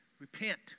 repent